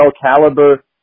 caliber